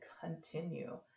continue